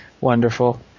Wonderful